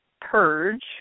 Purge